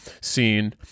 scene